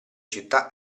città